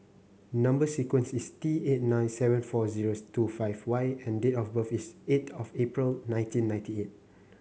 number sequence is T eight nine seven four zero two five Y and date of birth is eight of April nineteen ninety eight